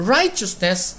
righteousness